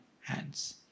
hands